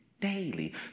daily